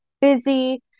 busy